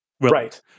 Right